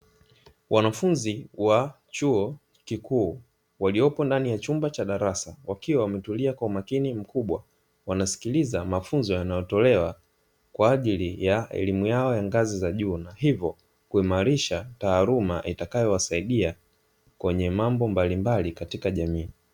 Wanafunzi wa chuo kikuu waliopo ndani ya chumba cha darasa, wakiwa wametulia kwa umakini mkubwa, wanasikiliza mafunzo yanayotolewa kwa ajili ya elimu yao ya ngazi za juu, hivyo kuimarisha taaluma itakayowasaidia kwenye mambo mbalimbali katika jamii.